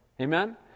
Amen